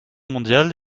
mondiale